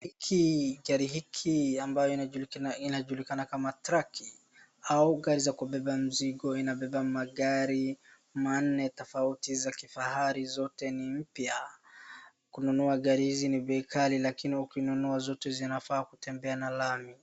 Hiki, gari hiki ambayo inajulikana kama traki au gari za kubeba mzigo inabeba magari manne tofauti za kifahari zote ni mpya. Kununua gari hizi ni bei kali lakini ukinunua zote zinafaa kutembea na lami.